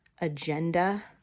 agenda